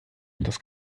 das